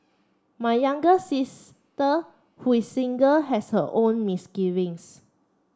my younger sister who is single has her own misgivings